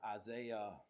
Isaiah